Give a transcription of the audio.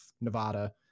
Nevada